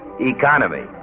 economy